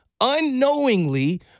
unknowingly